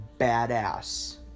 badass